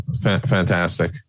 Fantastic